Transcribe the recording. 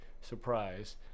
surprise